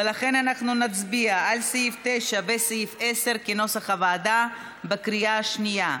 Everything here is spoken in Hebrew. ולכן אנחנו נצביע על סעיף 9 ועל סעיף 10 כנוסח הוועדה בקריאה השנייה.